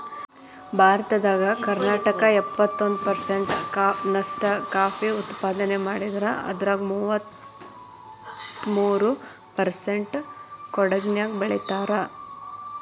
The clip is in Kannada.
ಭಾರತದಾಗ ಕರ್ನಾಟಕ ಎಪ್ಪತ್ತೊಂದ್ ಪರ್ಸೆಂಟ್ ನಷ್ಟ ಕಾಫಿ ಉತ್ಪಾದನೆ ಮಾಡಿದ್ರ ಅದ್ರಾಗ ಮೂವತ್ಮೂರು ಪರ್ಸೆಂಟ್ ಕೊಡಗಿನ್ಯಾಗ್ ಬೆಳೇತಾರ